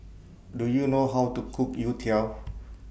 Do YOU know How to Cook Youtiao